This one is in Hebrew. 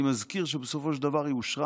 אני מזכיר שבסופו של דבר היא אושרה